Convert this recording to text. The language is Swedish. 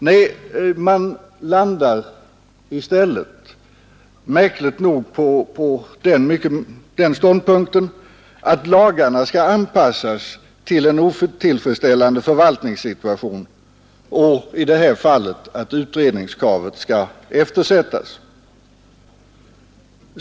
Nej, man landar i stället märkligt nog på den ståndpunkten att lagarna skall anpassas till en otillfredsställande förvaltningssituation, i det här fallet att utredningskravet skall eftersättas.